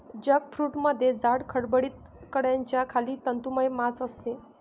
जॅकफ्रूटमध्ये जाड, खडबडीत कड्याच्या खाली तंतुमय मांस असते